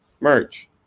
Merch